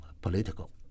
political